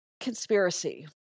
conspiracy